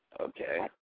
okay